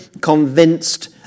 convinced